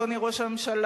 אדוני ראש הממשלה,